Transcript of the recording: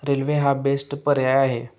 railway हा best पर्याय आहे